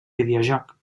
videojoc